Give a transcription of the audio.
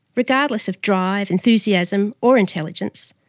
regardless of drive, enthusiasm or intelligence.